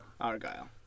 Argyle